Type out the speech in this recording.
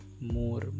more